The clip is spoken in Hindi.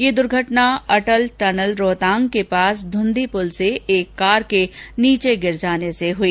ये दुर्घटना अटल टनल रोहतांग के पास धुंधी पुल से एक कार के नीचे गिर जाने से हुई